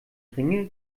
ringe